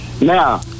Now